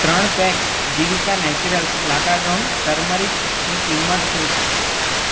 ત્રણ packs Jivika Naturals Lakadong ટર્મરિકની કિંમત શું છે